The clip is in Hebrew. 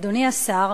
אדוני השר,